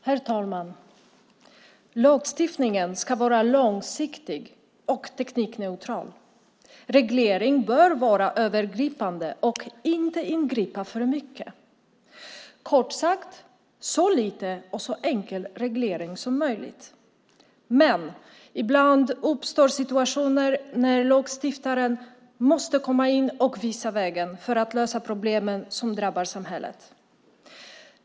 Herr talman! Lagstiftningen ska vara långsiktig och teknikneutral. Reglering bör vara övergripande och inte ingripa för mycket. Kort sagt, så lite och så enkel reglering som möjligt. Men ibland uppstår situationer när lagstiftaren måste komma in och visa vägen för att lösa de problem som drabbar samhället.